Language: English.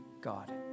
God